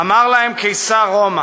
אמר להם קיסר רומא: